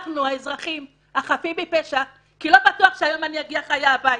האזרחים החפים מפשע כי לא בטוח שאני היום אגיע הביתה,